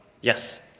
Yes